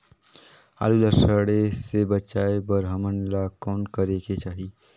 आलू ला सड़े से बचाये बर हमन ला कौन करेके चाही?